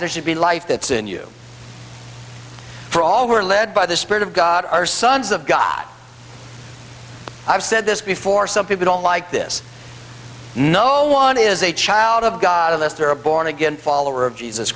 there should be life that's in you for all were led by the spirit of god are sons of god i've said this before some people don't like this no one is a child of god unless they're a born again follower of jesus